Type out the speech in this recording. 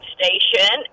station